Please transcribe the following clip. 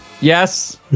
Yes